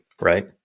right